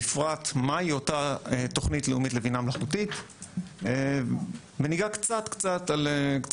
בפרט מהי אותה תוכנית לאומית לבינה מלאכותית וניגע על קצה